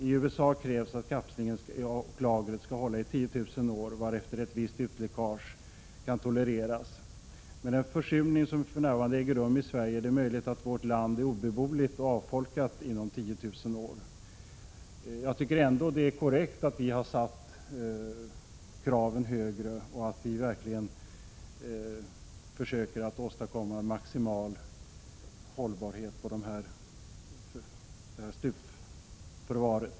I USA krävs att kapslingen och lagret skall hålla i 10 000 år, varefter ett visst utläckage ——— kan tolereras. Med den försurning, som fn äger rum i Sverige, är det möjligt att vårt land är obeboeligt och avfolkat inom 10 000 år.” Jag tycker ändå att det är korrekt att vi har satt kraven högre och att vi verkligen försöker att åstadkomma en maximal hållbarhet i slutförvaret.